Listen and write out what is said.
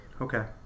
okay